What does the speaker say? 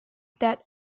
that